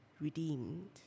redeemed